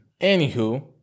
Anywho